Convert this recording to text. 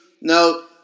no